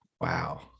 Wow